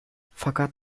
fakat